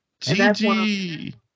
Gigi